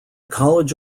college